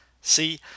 See